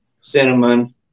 cinnamon